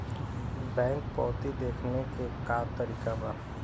Bank पवती देखने के का तरीका बा?